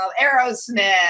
Aerosmith